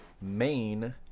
main